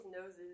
noses